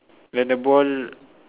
when the ball